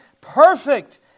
perfect